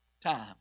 time